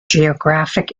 geographic